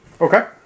Okay